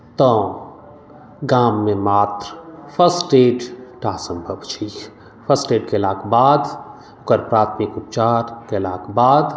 तऽ गाममे मात्र फर्स्ट ऐड टा सम्भव छै फर्स्ट ऐड केलाक बाद ओकर प्राथमिक उपचार केलाक बाद